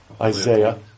Isaiah